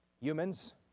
humans